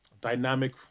dynamic